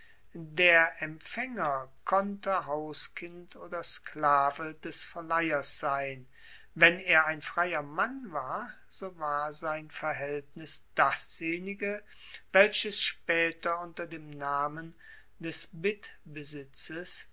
der empfaenger konnte hauskind oder sklave des verleihers sein wenn er ein freier mann war so war sein verhaeltnis dasjenige welches spaeter unter dem namen des bittbesitzes